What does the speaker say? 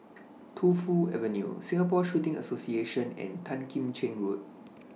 Tu Fu Avenue Singapore Shooting Association and Tan Kim Cheng Road